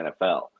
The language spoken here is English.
NFL